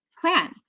plan